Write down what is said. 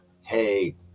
Hey